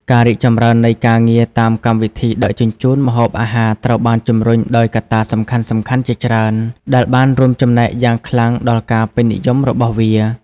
ការរីកចម្រើននៃការងារតាមកម្មវិធីដឹកជញ្ជូនម្ហូបអាហារត្រូវបានជំរុញដោយកត្តាសំខាន់ៗជាច្រើន ដែលបានរួមចំណែកយ៉ាងខ្លាំងដល់ការពេញនិយមរបស់វា។